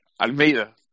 Almeida